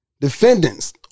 defendants